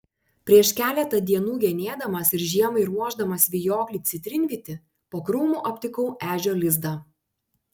prieš keletą dienų genėdamas ir žiemai ruošdamas vijoklį citrinvytį po krūmu aptikau ežio lizdą